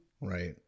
right